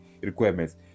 requirements